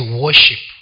worship